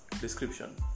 description